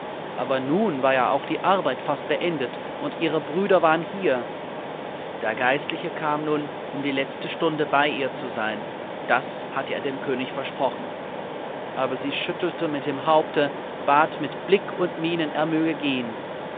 aber nun war ja auch die arbeit fast beendet und ihre brüder waren hier der geistliche kam nun um die letzte stunde bei ihr zu sein das hatte er dem könig versprochen aber sie schüttelte mit dem haupte bat mit blick und mienen er möge gehen